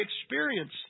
experience